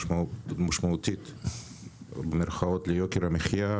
בוקר טוב.